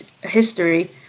history